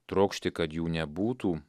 trokšti kad jų nebūtų